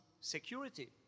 security